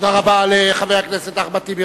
תודה רבה לחבר הכנסת אחמד טיבי.